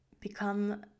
become